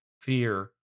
fear